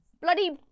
bloody